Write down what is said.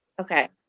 Okay